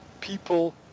people